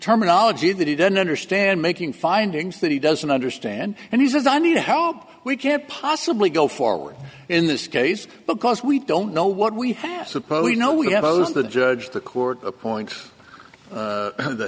terminology that he doesn't understand making findings that he doesn't understand and he says i need help we can't possibly go forward in this case because we don't know what we have supposed you know we have others the judge the court appoints the he